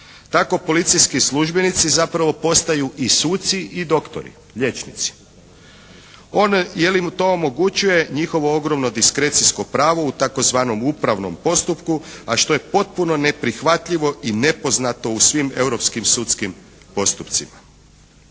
Tako policijski službenici zapravo postaju i suci i doktori, liječnici, on, je li mu to omogućuje njihovo ogromno diskrecijsko pravo u tzv. upravnom postupku, a što je potpuno neprihvatljivo i nepoznato u svim europskim sudskim postupcima.